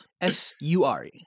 S-U-R-E